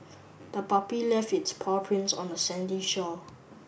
the puppy left its paw prints on the sandy shore